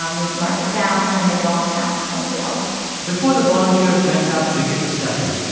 um we'd mark it down, and then they'd go on and ask somebody else before the volunteers went out to begin the study,